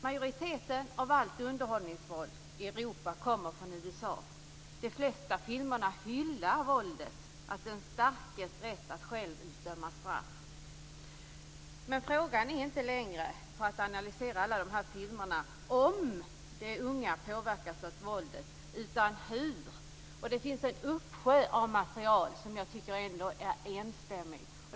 Majoriteten av allt underhållningsvåld i Europa kommer från USA. De flesta filmerna hyllar våldet, den starkes rätt att själv utdöma straff. Men frågan är inte längre, för att analysera alla de här filmerna, om de unga påverkas av våldet, utan hur. Det finns en uppsjö av material som jag tycker är enstämmigt.